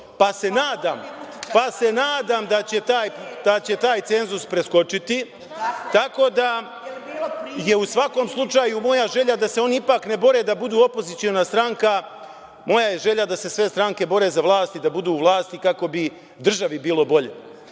pa se nadam da će taj cenzus preskočiti.U svakom slučaju, moja želja je da se oni ipak ne bore da budu opoziciona stranka. Moja je želja da se sve stranke bore za vlast i da budu u vlasti kako bi državi bilo bolje.S